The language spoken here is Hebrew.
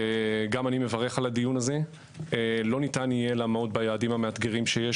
לא ניתן יהיה לעמוד ביעדים המאתגרים שיש